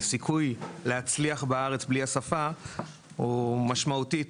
הסיכוי להצליח בארץ בלי השפה יורד משמעותית.